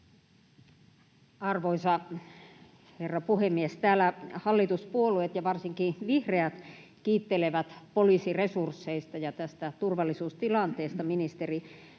Arvoisa herra puhemies! Täällä hallituspuolueet ja varsinkin vihreät kiittelevät poliisin resursseista ja tästä turvallisuustilanteesta ministeri